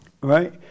Right